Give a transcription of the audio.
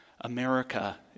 America